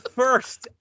first